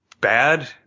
bad